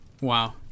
Wow